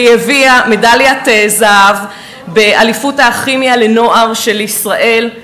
והיא הביאה מדליית זהב באליפות הכימיה לנוער של ישראל.